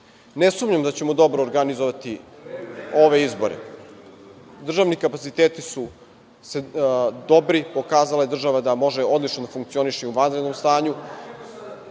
sumnjam da ćemo dobro organizovati ove izbore. Državni kapaciteti su dobri. Pokazala je država da može odlično da funkcioniše i u vanrednom